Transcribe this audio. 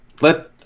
let